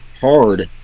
hard